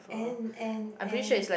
and and and